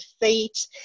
feet